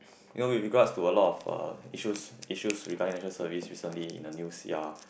you know with regards to a lot of uh issues issues regarding National Service recently in the news ya